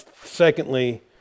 secondly